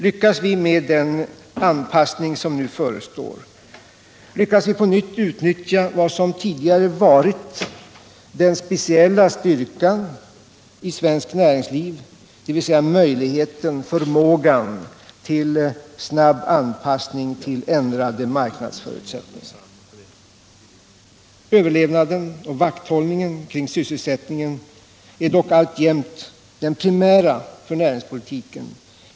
Lyckas vi med den anpassning som nu förestår, lyckas vi också på nytt utnyttja vad som tidigare varit den speciella styrkan i svenskt näringsliv, dvs. förmågan av snabb anpassning till ändrade marknadsförutsättningar. Överlevnaden och vakthållningen när det gäller sysselsättningen är dock alltjämt det primära i näringspolitiken.